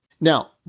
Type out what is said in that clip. Now